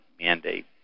mandate